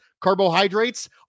carbohydrates